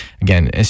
again